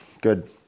Good